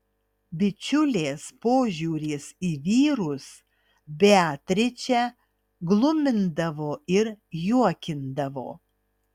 bičiulės požiūris į vyrus beatričę ir glumindavo ir juokindavo